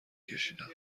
کشیدم